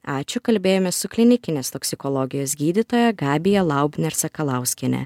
ačiū kalbėjomės su klinikinės toksikologijos gydytoja gabija laubner sakalauskiene